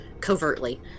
covertly